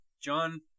John